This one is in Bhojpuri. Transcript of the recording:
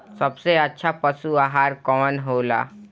सबसे अच्छा पशु आहार कवन हो ला?